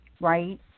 right